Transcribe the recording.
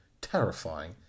terrifying